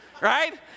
Right